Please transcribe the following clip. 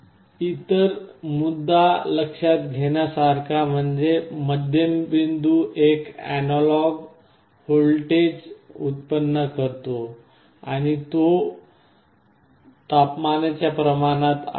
इतर मुद्दा लक्षात घेण्या सारखा म्हणजे मध्यम बिंदू एक एनालॉग अॅनालॉग व्होल्टेज उत्पन्न करतो आणि तो तापमानाच्या प्रमाणात आहे